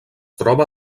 troba